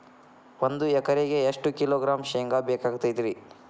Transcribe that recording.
ಒಂದು ಎಕರೆಗೆ ಎಷ್ಟು ಕಿಲೋಗ್ರಾಂ ಶೇಂಗಾ ಬೇಕಾಗತೈತ್ರಿ?